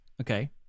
Okay